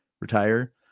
retire